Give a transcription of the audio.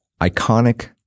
iconic